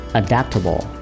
adaptable